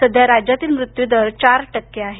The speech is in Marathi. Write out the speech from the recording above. सध्या राज्यातील मृत्यूदर चार टक्के आहे